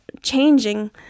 changing